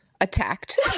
attacked